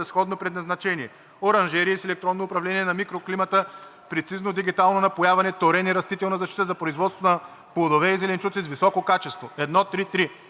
сходно предназначение. Оранжерии с електронно управление на микроклимата, прецизно дигитално напояване, торене, растителна защита за производство на плодове и зеленчуци с високо качество. 1.3.3.